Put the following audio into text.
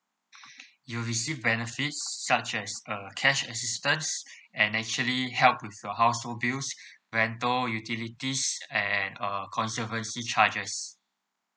you'll receive benefits such as uh cash assistance and actually help with your household bills rental utilities and uh controversy charges